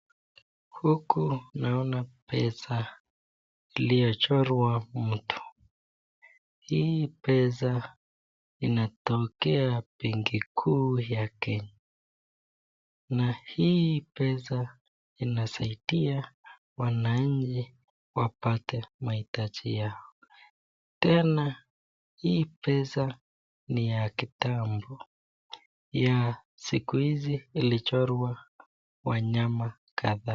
Huku naona pesa iliochorwa mto. Hii pesa inatokea benki kuu ya Kenya na hii pesa inasaidia wananchi wapate mahitaji yao. Tena hii pesa ni ya kitambo ya siku hizi ilichorwa wanyama kadhaa.